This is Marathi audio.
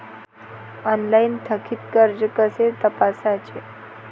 ऑनलाइन थकीत कर्ज कसे तपासायचे?